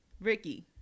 ricky